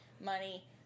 money